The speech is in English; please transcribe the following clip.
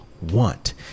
want